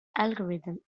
algorithm